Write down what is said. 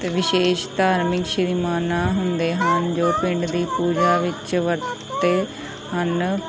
ਅਤੇ ਵਿਸ਼ੇਸ਼ ਧਾਰਮਿਕ ਸ਼੍ਰੀ ਮਾਨ ਹੁੰਦੇ ਹਨ ਜੋ ਪਿੰਡ ਦੀ ਪੂਜਾ ਵਿੱਚ ਵਰਤੇ ਹਨ